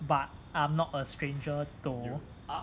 but I'm not a stranger though